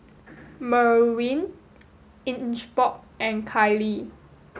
Merwin Ingeborg and Kiley